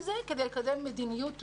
וכל זה כדי לקדם מדיניות לאומית.